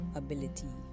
ability